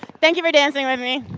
thank you for danceing with me.